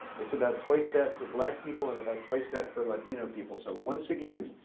it's about twice that for black people. and about twice that for latino people. so once again,